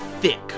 thick